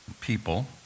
people